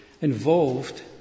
involved